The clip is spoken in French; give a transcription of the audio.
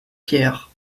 pierres